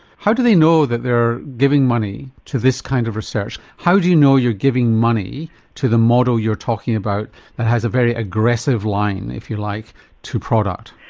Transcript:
how do they know that they are giving money to this kind of medical research, how do you know you're giving money to the model you're talking about that has a very aggressive line if you like to product?